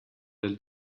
del